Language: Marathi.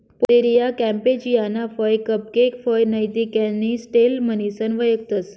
पोतेरिया कॅम्पेचियाना फय कपकेक फय नैते कॅनिस्टेल म्हणीसन वयखतंस